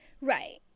Right